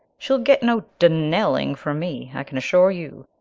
she'll get no donnelling from me, i can assure you.